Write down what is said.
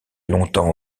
longtemps